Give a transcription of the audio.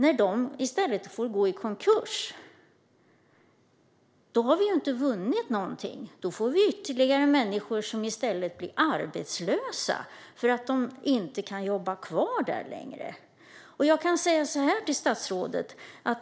De får i stället gå i konkurs. Då har vi inte vunnit någonting. Då får vi ytterligare människor som blir arbetslösa för att de inte kan jobba kvar där längre.